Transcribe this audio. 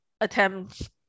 attempts